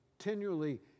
Continually